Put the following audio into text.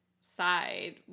side